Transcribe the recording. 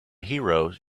hero